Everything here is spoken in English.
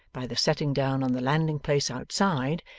by the setting-down on the landing-place outside,